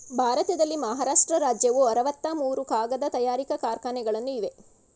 ಭಾರತದಲ್ಲಿ ಮಹಾರಾಷ್ಟ್ರ ರಾಜ್ಯವು ಅರವತ್ತ ಮೂರು ಕಾಗದ ತಯಾರಿಕಾ ಕಾರ್ಖಾನೆಗಳನ್ನು ಇವೆ